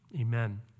Amen